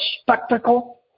spectacle